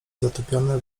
zatopiony